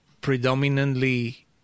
predominantly